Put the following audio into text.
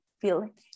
feeling